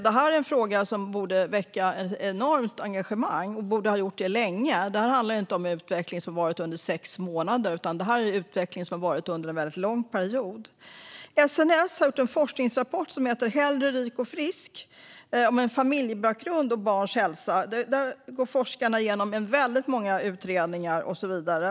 Detta är en fråga som borde väcka enormt engagemang och som borde har gjort det länge. Det här handlar inte om en utveckling som har varit under sex månader, utan det är en utveckling som har varit under en väldigt lång period. SNS har gjort en forskningsrapport som heter Hellre rik och frisk - om familjebakgrund och barns hälsa . Där går forskarna igenom väldigt många utredningar och så vidare.